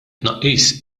tnaqqis